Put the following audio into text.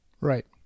Right